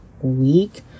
week